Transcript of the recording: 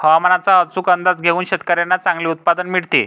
हवामानाचा अचूक अंदाज घेऊन शेतकाऱ्यांना चांगले उत्पादन मिळते